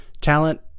Talent